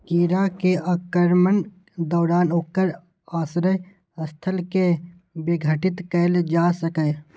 कीड़ा के आक्रमणक दौरान ओकर आश्रय स्थल कें विघटित कैल जा सकैए